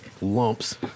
lumps